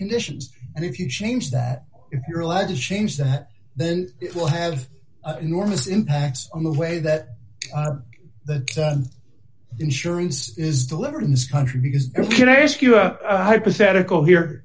conditions and if you change that if you're allowed to change that then it will have enormous impacts on the way that the insurance is delivered in this country because if you can i ask you a hypothetical here